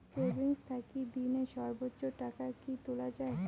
Savings থাকি দিনে সর্বোচ্চ টাকা কি তুলা য়ায়?